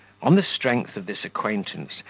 on the strength of this acquaintance,